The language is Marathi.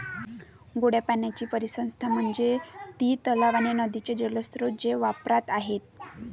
गोड्या पाण्याची परिसंस्था म्हणजे ती तलाव आणि नदीचे जलस्रोत जे वापरात आहेत